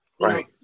Right